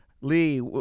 Lee